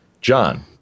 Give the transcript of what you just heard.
John